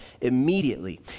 immediately